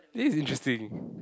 this is interesting